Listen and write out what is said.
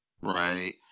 Right